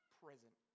present